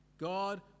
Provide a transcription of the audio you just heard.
God